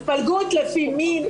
התפלגות לפי מין,